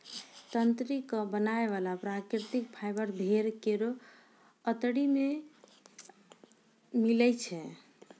तंत्री क बनाय वाला प्राकृतिक फाइबर भेड़ केरो अतरी सें मिलै छै